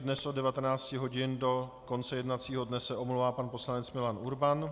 Dnes od 19 hodin do konce jednacího dne se omlouvá pan poslanec Milan Urban.